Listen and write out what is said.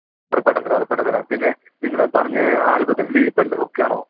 ഉറപ്പായിട്ടും തരാം ഉറപ്പായിട്ടും തരാം പിന്നെ നിങ്ങൾ പറഞ്ഞ ആൽബത്തിൻ്റെ ലീഫ് എല്ലാം ഓക്കെ ആണോ